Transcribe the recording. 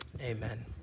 Amen